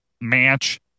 Match